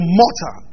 mutter